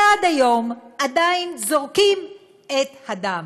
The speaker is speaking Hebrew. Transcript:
ועד היום עדיין זורקים את הדם.